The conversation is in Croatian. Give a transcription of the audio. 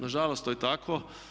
Nažalost, to je tako.